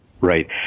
Right